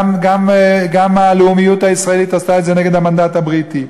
גם הלאומיות הישראלית עשתה את זה נגד המנדט הבריטי.